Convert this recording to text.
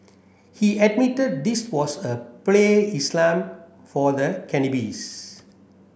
he admitted this was a play Islam for the cannabis